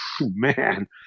man